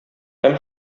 һәм